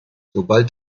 sobald